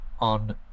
on